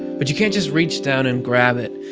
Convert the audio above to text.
but you can't just reach down and grab it.